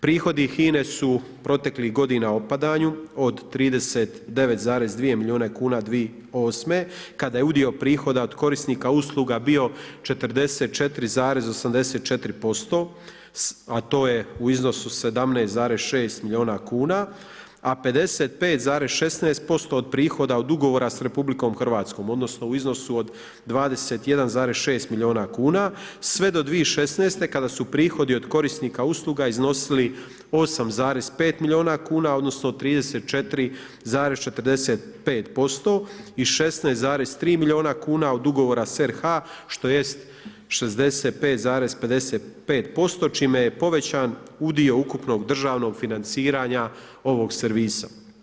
Prihodi HINA-e su proteklih godina u opadanju - od 39,2 miliona kuna 2008. kada je udio prihoda od korisnika usluga bio 44,84%, a to je u iznosu 17,6 miliona kuna, a 55,16% od prihoda od ugovora s RH, odnosno u iznosu od 21,6 miliona kuna, sve do 2016. kada su prihodi od korisnika usluga iznosili 8,5 miliona kuna, odnosno 34,45% i 16,3 miliona kuna od ugovora s RH što jest 65,55% čime je povećan udio ukupnog državnog financiranja ovog servisa.